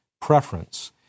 preference